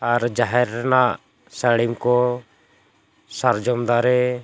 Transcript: ᱟᱨ ᱡᱟᱦᱮᱨ ᱨᱮᱱᱟᱜ ᱥᱟᱹᱲᱤᱢ ᱠᱚ ᱥᱟᱨᱡᱚᱢ ᱫᱟᱨᱮ